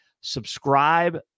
subscribe